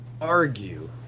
argue